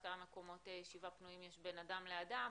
אז כמה מקומות ישיבה פנויים יש בין אדם לאדם.